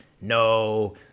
no